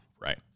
Right